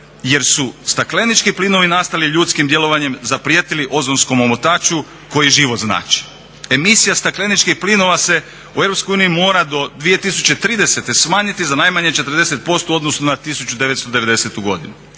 jer su staklenički plinovi nastali ljudskim djelovanjem zaprijetili ozonskom omotaču koji život znači. Emisija stakleničkih plinova se u EU mora do 2030. smanjiti za najmanje 40% u odnosu na 1990. godinu.